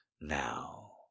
Now